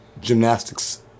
gymnastics